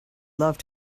love